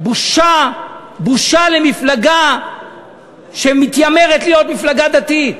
בושה, בושה למפלגה שמתיימרת להיות מפלגה דתית,